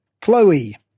Chloe